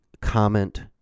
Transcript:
comment